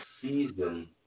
season